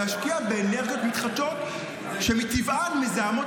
להשקיע באנרגיות מתחדשות שמטבען מזהמות